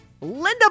Linda